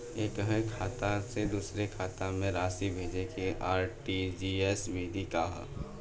एकह खाता से दूसर खाता में राशि भेजेके आर.टी.जी.एस विधि का ह?